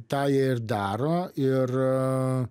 tą ir daro ir